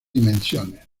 dimensiones